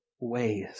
ways